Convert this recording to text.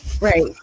Right